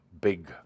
big